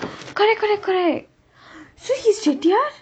correct correct correct so he's chettiyaar